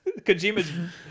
Kojima's